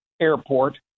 airport